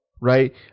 right